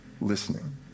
listening